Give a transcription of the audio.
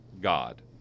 God